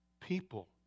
people